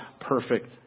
perfect